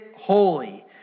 holy